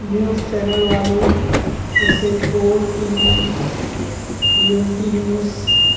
news channel والے جیسے four T V G M T news